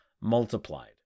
multiplied